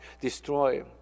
destroy